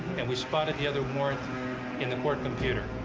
and we spotted the other warrant in the court computer.